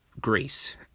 Greece